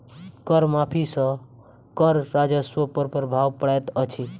कर माफ़ी सॅ कर राजस्व पर प्रभाव पड़ैत अछि